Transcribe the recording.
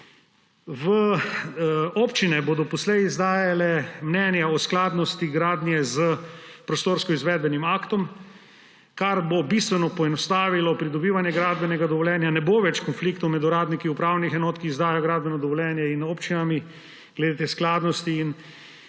Občine bodo poslej izdajale mnenje o skladnosti gradnje s prostorskim izvedbenim aktom, kar bo bistveno poenostavilo pridobivanje gradbenega dovoljenja. Ne bo več konfliktov med uradniki upravnih enot, ki izdajajo gradbeno dovoljenje, in občinami glede skladnosti.